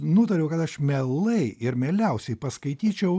nutariau kad aš mielai ir mieliausiai paskaityčiau